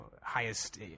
highest